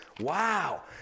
wow